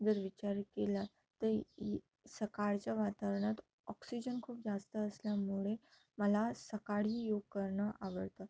जर विचार केला तर सकाळच्या वातावरणात ऑक्सिजन खूप जास्त असल्यामुळे मला सकाळी योग करणं आवडतं